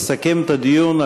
יסכם את הדיון,